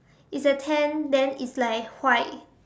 it's a tent then it's like white